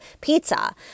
pizza